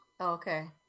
Okay